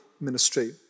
ministry